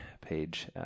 page